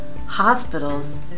hospitals